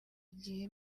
igihe